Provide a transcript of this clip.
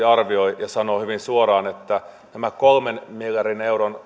arvioi ja sanoo hyvin suoraan että nämä kolmen miljardin euron